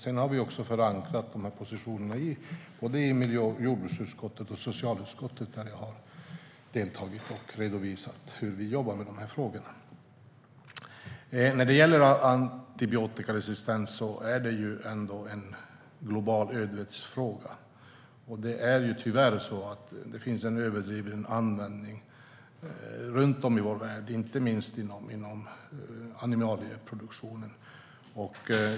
Vi har också förankrat positionerna i både miljö och jordbruksutskottet och socialutskottet, där jag har deltagit och redovisat hur vi har jobbat med dessa frågor. Antibiotikaresistens är en global ödesfråga. Tyvärr finns en överdriven användning runt om i vår värld, inte minst inom animalieproduktionen.